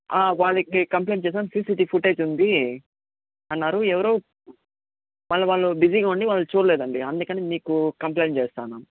వాళ్ళకి కంప్లయింట్ చేసాం CCTV footage ఉంది అన్నారు ఎవరో మళ్ళీ వాళ్ళు బిజీగా ఉండి వాళ్ళు చూడలేదండి అందుకనే మీకు కంప్లయింట్ చేసాను